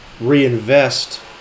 reinvest